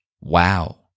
Wow